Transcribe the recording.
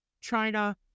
China